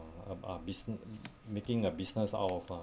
uh uh busi~ making a business out of uh